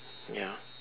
ya